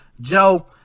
Joe